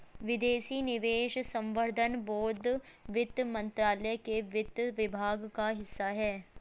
विदेशी निवेश संवर्धन बोर्ड वित्त मंत्रालय के वित्त विभाग का हिस्सा है